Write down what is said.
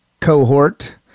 cohort